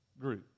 group